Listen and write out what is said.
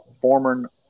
former